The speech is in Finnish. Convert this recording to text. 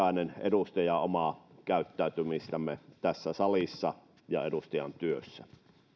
jokaisen edustajan miettimään omaa käyttäytymistämme tässä salissa ja edustajan työssä